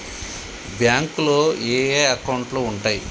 బ్యాంకులో ఏయే అకౌంట్లు ఉంటయ్?